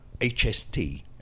HST